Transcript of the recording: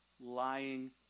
lying